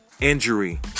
injury